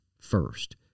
first